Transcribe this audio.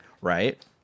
Right